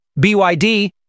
BYD